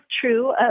true